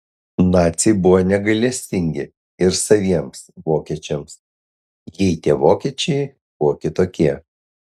naciai buvo negailestingi ir saviems vokiečiams jei tie vokiečiai buvo kitokie